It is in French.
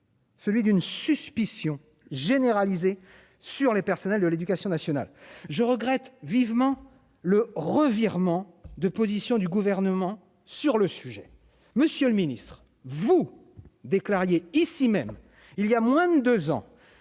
Celui d'une suspicion généralisée sur les personnels de l'Éducation nationale je regrette vivement le revirement de position du gouvernement sur le sujet, monsieur le Ministre, vous déclariez ici même il y a moins de 2 ans,